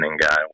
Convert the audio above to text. guy